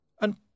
and